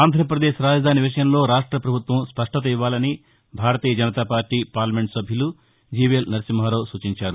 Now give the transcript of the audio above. ఆంధ్రప్రదేశ్ రాజధాని విషయంలో రాష్ట్రపభుత్వం స్పష్టత ఇవ్వాలని భారతీయ జనతాపార్టీ పార్లమెంట్ సభ్యులు జీవీఎల్ నరసింహారావు సూచించారు